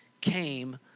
came